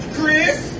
Chris